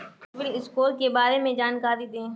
CIBIL score के बारे में जानकारी दें?